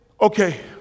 Okay